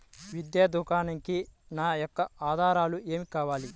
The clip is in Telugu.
విద్యా ఋణంకి నా యొక్క ఆధారాలు ఏమి కావాలి?